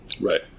Right